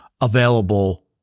available